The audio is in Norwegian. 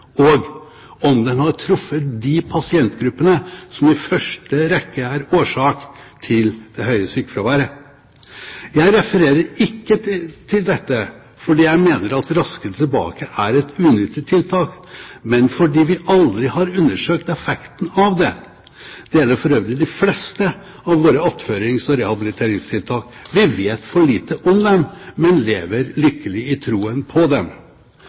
og om den har truffet de pasientgruppene som i første rekke er årsak til det høye sykefraværet. Jeg refererer ikke til dette fordi jeg mener at Raskere tilbake er et unyttig tiltak, men fordi vi aldri har undersøkt effekten av det. Det gjelder for øvrig de fleste av våre attførings- og rehabiliteringstiltak. Vi vet for lite om dem, men lever lykkelig i troen på dem.